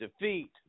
defeat